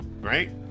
right